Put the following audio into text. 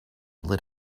lit